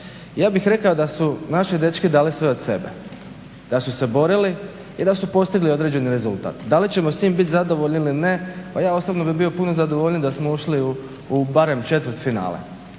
ja bih rekao da su naši dečki dali sve od sebe, da su se borili i da su postigli određeni rezultat. Da li ćemo s njim biti zadovoljni ili ne, pa ja osobno bih bio puno zadovoljniji da smo ušli u barem četvrt finale.